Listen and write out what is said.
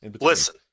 listen